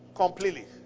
completely